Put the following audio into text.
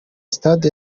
stade